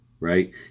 Right